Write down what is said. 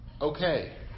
Okay